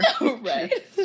Right